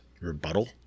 Rebuttal